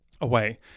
away